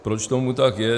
Proč tomu tak je?